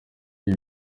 ibi